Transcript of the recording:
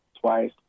twice